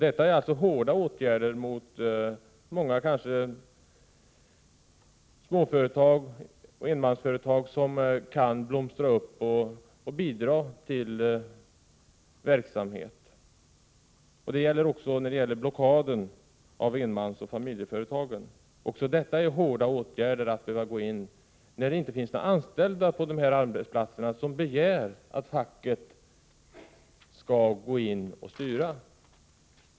Detta är hårda åtgärder mot småföretag, enmansföretag, som kan blomstra upp och bidra till verksamhet. Detta gäller också vid blockad av enmansföretag eller familjeföretag. Även detta är hårda åtgärder att ta till när det inte finns några anställda på arbetsplatsen som begär att facket skall gå in och styra.